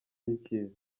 icyiza